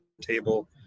table